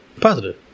positive